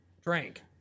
Drank